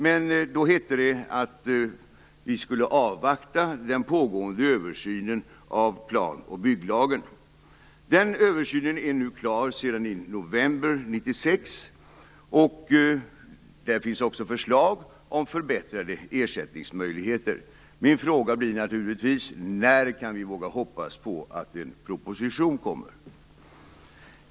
Men då hette det att vi skulle avvakta den pågående översynen av plan och bygglagen. Den översynen blev klar i november 1996. Där finns också förslag om förbättrade ersättningsmöjligheter. Min fråga blir naturligtvis: När kan vi våga hoppas på att det läggs fram en proposition?